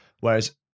Whereas